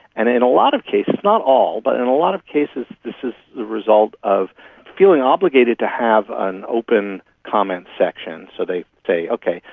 and in a lot of cases, not all, but in a lot of cases this is the result of feeling obligated to have an open comment section. so they say, okay,